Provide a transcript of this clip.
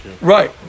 Right